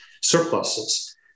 surpluses